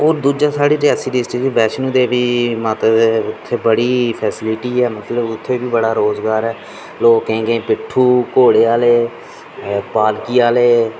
होर दूजा साढ़ा रियासी डिस्ट्रक्ट च वैश्णो देवी माता दे उत्थें बड़ी फैसलिटी ऐ मतलव उत्थै बी रोज़गार ऐ लोकें गी पिट्ठू घोड़े आह्ले पालकी आह्ले